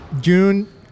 June